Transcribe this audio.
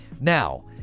Now